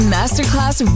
Masterclass